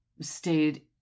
stayed